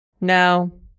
No